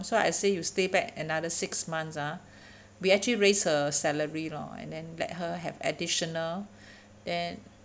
so I say you stay back another six months ah we actually raise her salary lor and then let her have additional then